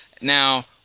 Now